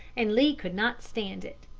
and lee could not stand it.